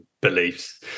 beliefs